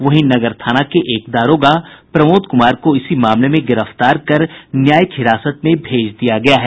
वहीं नगर थाना के एक दारोगा प्रमोद कुमार को इसी मामले में गिरफ्तार कर न्यायिक हिरासत में भेज दिया गया है